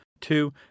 Two